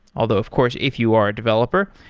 although of course if you are a developer,